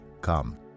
come